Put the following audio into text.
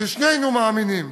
ששנינו מאמינים".